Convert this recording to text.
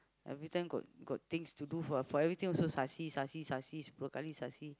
every time got got things to do for everything also Sasi Sasi Sasi Sasi